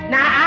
Now